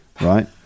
right